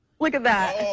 look at that.